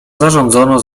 zarządzono